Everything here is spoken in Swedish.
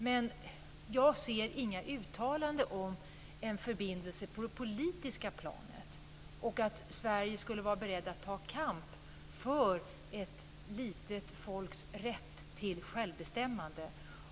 Men jag ser inga uttalanden om en förbindelse på det politiska planet eller att Sverige skulle vara berett att ta kamp för ett litet folks rätt till självbestämmande.